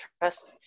trust